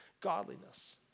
godliness